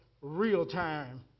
real-time